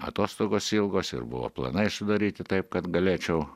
atostogos ilgos ir buvo planai sudaryti taip kad galėčiau